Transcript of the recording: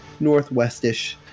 northwestish